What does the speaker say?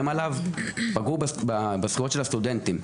עליו למעשה פגעו בזכויות של הסטודנטים.